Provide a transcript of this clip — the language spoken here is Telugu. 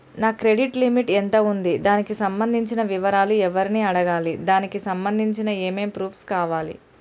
నా క్రెడిట్ లిమిట్ ఎంత ఉంది? దానికి సంబంధించిన వివరాలు ఎవరిని అడగాలి? దానికి సంబంధించిన ఏమేం ప్రూఫ్స్ కావాలి?